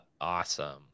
Awesome